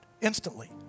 instantly